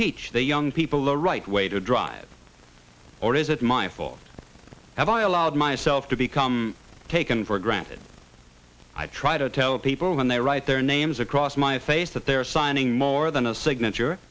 teach their young people the right way to drive or is it my fault have i allowed myself to become taken for granted i try to tell people when they write their names across my face that they are signing more than a signature